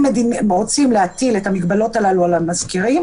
אם רוצים להטיל את המגבלות הללו על המזכירים